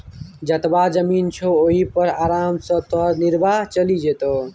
जतबा जमीन छौ ओहि पर आराम सँ तोहर निर्वाह चलि जेतौ